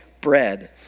bread